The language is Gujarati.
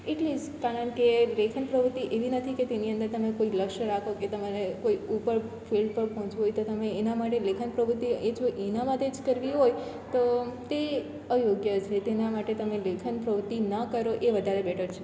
એટલી જ કારણ કે લેખન પ્રવૃત્તિ એવી નથી કે તેની અંદર તમે કોઈ લક્ષ્ય રાખો કે તમારે કોઈ ઉપર ફિલ્ડ પર પહોંચવું હોય તો તમે એના માટે લેખક પ્રવૃત્તિ એ જો એના માટે જ કરવી હોય તો તે અયોગ્ય છે તેના માટે તમે લેખન પ્રવૃત્તિ ન કરો એ વધારે બેટર છે